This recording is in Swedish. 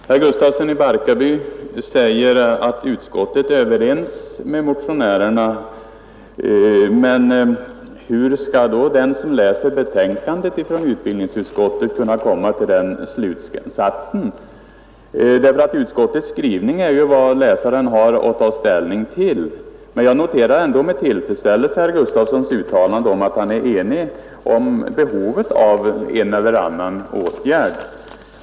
Herr talman! Herr Gustafsson i Barkarby säger att utskottet är överens med motionärerna, men hur skall då den som läser utbildningsutskottets betänkande kunna komma till den slutsatsen? Utskottets skrivning är det enda läsaren har att ta ställning till. Men jag noterar ändå med tillfredsställelse herr Gustafssons uttalande om att han är enig med mig om behovet av en eller annan åtgärd.